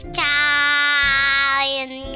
time